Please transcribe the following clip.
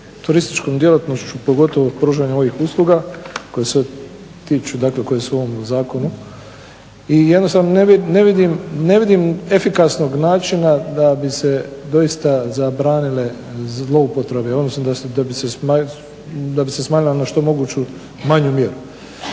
turističkom djelatnošću, pogotovo pružanja ovih usluga koje su u ovom zakonu i jednostavno ne vidim efikasnog načina da bi se doista zabranile zloupotrebe, odnosno da bi se smanjilo na što moguću manju mjeru.